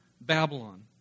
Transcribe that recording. Babylon